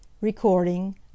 Recording